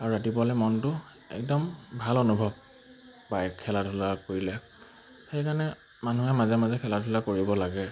আৰু ৰাতিপুৱালৈ মনটো একদম ভাল অনুভৱ বা এই খেলা ধূলা কৰিলে সেইকাৰণে মানুহে মাজে মাজে খেলা ধূলা কৰিব লাগে